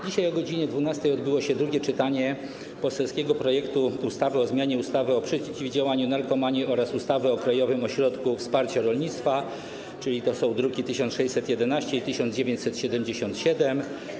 Dzisiaj o godz. 12 odbyło się drugie czytanie poselskiego projektu ustawy o zmianie ustawy o przeciwdziałaniu narkomanii oraz ustawy o Krajowym Ośrodku Wsparcia Rolnictwa, druki nr 1611 i 1977.